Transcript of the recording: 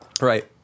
Right